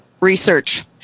Research